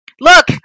Look